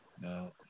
No